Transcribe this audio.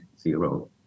zero